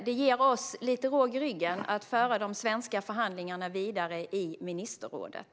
Det ger oss lite råg i ryggen att föra de svenska förhandlingarna vidare i ministerrådet.